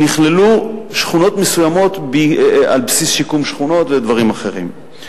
שנכללו שכונות מסוימות על בסיס שיקום שכונות ודברים אחרים.